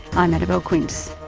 i'm annabelle quince.